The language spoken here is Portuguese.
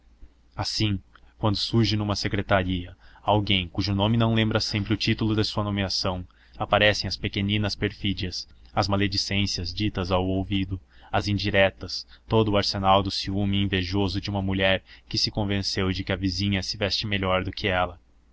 assim quando surge numa secretaria alguém cujo nome não lembra sempre o título de sua nomeação aparecem as pequeninas perfídias as maledicências ditas ao ouvido as indiretas todo o arsenal do ciúme invejoso de uma mulher que se convenceu de que a vizinha se veste melhor do que ela